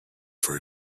for